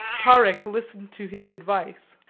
tarik listened to his advice.